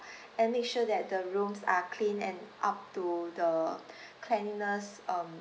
and make sure that the rooms are clean and up to the cleanliness um